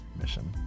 mission